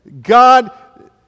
God